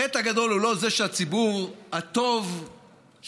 החטא הגדול הוא לא זה שהציבור הטוב של